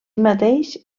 mateix